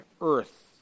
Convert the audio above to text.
earth